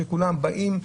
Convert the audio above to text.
כולם באים,